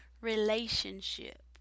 relationship